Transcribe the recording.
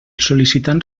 sol·licitant